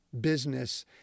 business